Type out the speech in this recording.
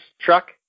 truck